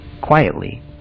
quietly